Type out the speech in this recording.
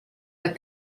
but